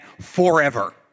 forever